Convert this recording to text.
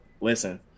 Listen